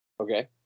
Okay